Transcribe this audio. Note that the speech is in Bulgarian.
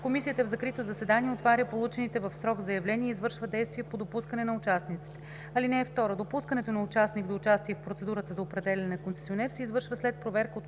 комисията в закрито заседание отваря получените в срок заявления и извършва действия по допускане на участниците. (2) Допускането на участник до участие в процедурата за определяне на концесионер се извършва след проверка от